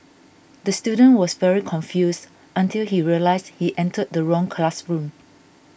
the student was very confused until he realised he entered the wrong classroom